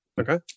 okay